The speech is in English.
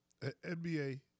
NBA